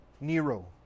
Nero